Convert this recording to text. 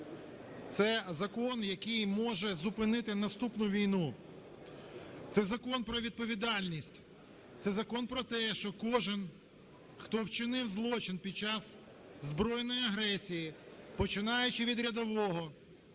це закон, який може зупинити наступну війну, це закон про відповідальність, це закон про те, що кожен, хто вчинив злочин під час збройної агресії, починаючи від рядового